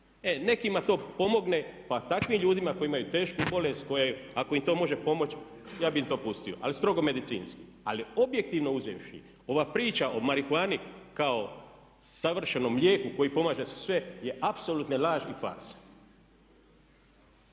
nekima to pomogne. Pa takvim ljudima koji imaju tešku bolest, ako im to može pomoći ja bih im to pustio, ali strogo medicinski. Ali objektivno uzevši ova priča o marihuani kao savršenom lijeku koji pomaže za sve je apsolutna laž i farsa.